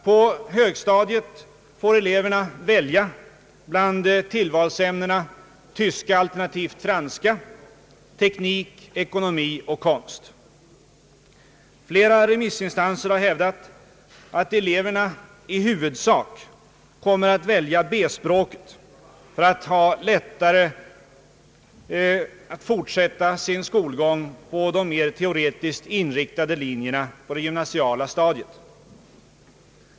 På högstadiet får eleverna välja bland tillvalsämnena tyska alternativt franska, teknik, ekonomi och konst. Flera remissinstanser har hävdat att eleverna i huvudsak kommer att välja B-språket för att ha lättare att fortsätta sin skolgång på de mer teoretiskt inriktade linjerna på det gymnasiala stadiet.